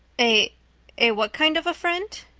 a a what kind of friend?